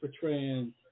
portraying